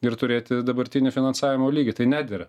ir turėti dabartinį finansavimo lygį tai nedera